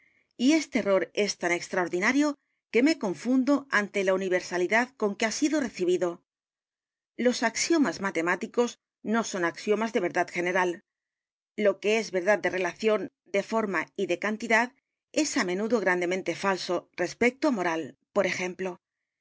y este errores tan extraordinario queme confundo ante la universalidad con que ha sido recibido los axiomas matemáticos no son axiomas de verdad general lo que es verdad de relación de forma y de cantidad es á menudo grandemente falso respecto á moral por ejemplo